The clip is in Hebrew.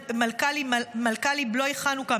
מלכהלי בלוי חנוכה,